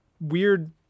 weird